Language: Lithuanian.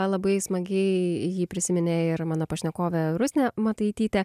labai smagiai jį prisiminė ir mano pašnekovė rusnė mataitytė